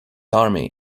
army